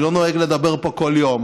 אני לא נוהג לדבר פה כל יום.